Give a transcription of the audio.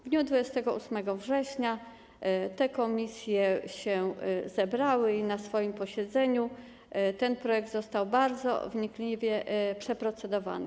W dniu 28 września te komisje się zebrały i na swoim posiedzeniu ten projekt został bardzo wnikliwie przeprocedowany.